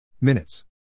Minutes